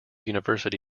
university